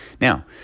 Now